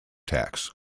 tax